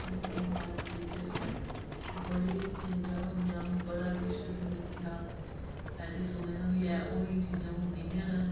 साढ़े भारत बिच्च बड़े चेंजां होइयां बड़ा किश दिक्खेआ पैह्ले सुने दा बी ऐ ओह् नेहियां चीज़ां हून नेईं हैन